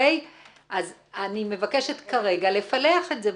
אני מבקשת כרגע לפלח את זה,